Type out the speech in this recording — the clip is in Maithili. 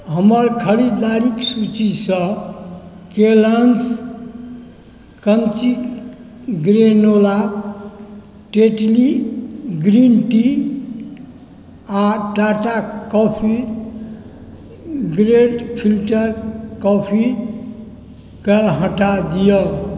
हमर खरीदारिक सूचीसँ Kellogg's crunchy granola Tetley green tea आ Tata coffee grand filter coffee कऽ हटा दिअऽ